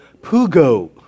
Pugo